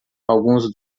alguns